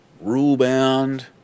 rule-bound